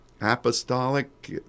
Apostolic